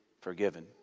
forgiven